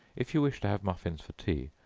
if you wish to have muffins for tea,